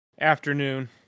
afternoon